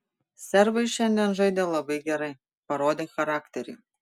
serbai šiandien žaidė labai gerai parodė charakterį